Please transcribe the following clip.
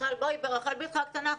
דברי ברחל בתך הקטנה.